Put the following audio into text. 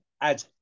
add